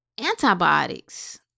antibiotics